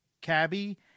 Cabby